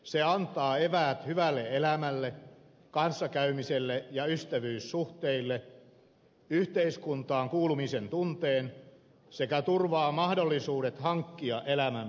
se antaa eväät hyvälle elämälle kanssakäymiselle ja ystävyyssuhteille yhteiskuntaan kuulumisen tunteen sekä turvaa mahdollisuudet hankkia elämän perustarpeita